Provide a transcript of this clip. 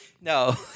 No